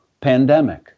pandemic